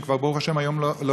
שהם כבר ברוך השם לא שם,